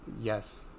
Yes